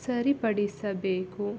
ಸರಿಪಡಿಸಬೇಕು